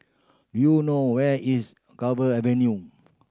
do you know where is Cove Avenue